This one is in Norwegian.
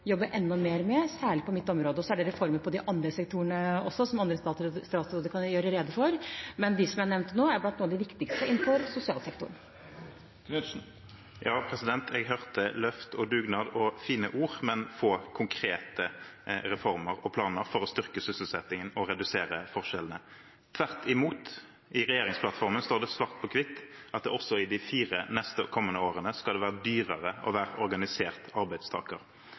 jobbe enda mer med, og særlig på mitt område. Og så er det reformer innenfor de andre sektorene som andre statsråder kan gjøre rede for. Men de jeg nevnte, er blant de viktigste innenfor sosialsektoren. Ja, jeg hørte løft og dugnad og fine ord, men få konkrete reformer og planer for å styrke sysselsettingen og redusere forskjellene. Tvert imot, i regjeringsplattformen står det svart på hvitt at det også i de kommende fire årene skal være dyrere å være organisert arbeidstaker.